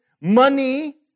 money